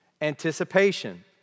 anticipation